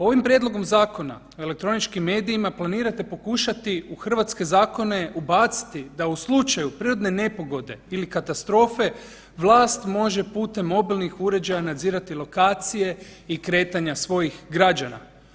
Ovim prijedlogom Zakona o elektroničkim medijima planirate pokušati u hrvatske zakone ubaciti da u slučaju prirodne nepogode ili katastrofe vlast može putem mobilnih uređaja nadzirati lokacije i kretanja svojih građana.